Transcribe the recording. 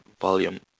volume